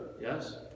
yes